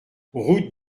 route